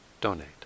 donate